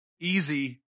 Easy